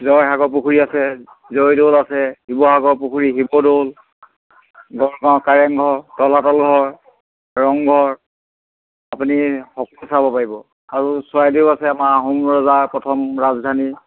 জয়সাগৰ পুখুৰী আছে জয়দৌল আছে শিৱসাগৰ পুখুৰী শিৱদৌল গড়গাঁও কাৰেংঘৰ তলাতল ঘৰ ৰংঘৰ আপুনি সকলো চাব পাৰিব আৰু চৰাইদেউ আছে আমাৰ আহোম ৰজাৰ প্ৰথম ৰাজধানী